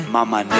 Mama